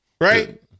right